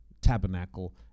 tabernacle